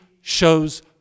shows